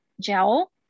gel